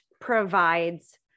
provides